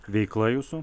veikla jūsų